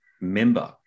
member